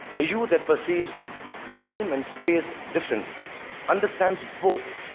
a you that perceives time and space differently understands both